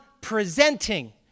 presenting